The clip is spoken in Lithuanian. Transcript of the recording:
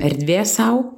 erdvės sau